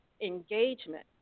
engagement